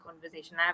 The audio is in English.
conversation